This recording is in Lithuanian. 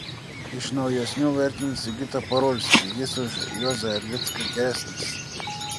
iš naujesnių vertinu sigitą parulskį jis už juozą erlicką geresnis